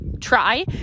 try